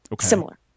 Similar